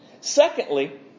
Secondly